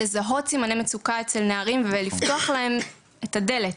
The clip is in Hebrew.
לזהות סימני מצוקה אצל נערים ולפתוח להם את הדלת.